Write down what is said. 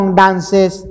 dances